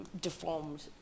deformed